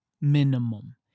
minimum